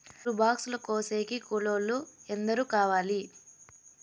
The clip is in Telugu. నూరు బాక్సులు కోసేకి కూలోల్లు ఎందరు కావాలి?